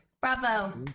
Bravo